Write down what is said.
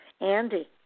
Andy